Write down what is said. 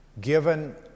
given